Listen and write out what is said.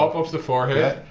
of the forehead.